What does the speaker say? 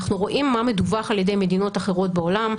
אנחנו רואים מה מדווח על ידי מדינות אחרות בעולם,